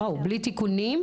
בלי תיקונים?